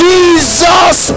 Jesus